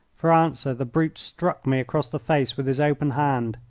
for answer the brute struck me across the face with his open hand.